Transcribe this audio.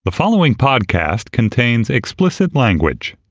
the following podcast contains explicit language